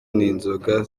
n’inzoga